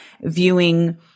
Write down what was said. viewing